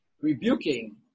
rebuking